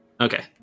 Okay